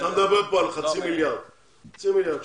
אתה מדבר על חצי מיליארד שקל.